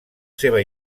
seva